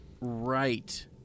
Right